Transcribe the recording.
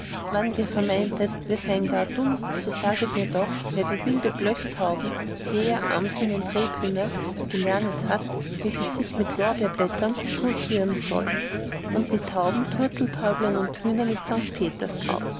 wann ihr vermeinet wir sein so gar dumm so saget mir doch wer die wilde blochtauben häher amseln und rebhühner gelernet hat wie sie sich mit lorbeerblättern purgieren sollen und die tauben turteltäublein und hühner mit st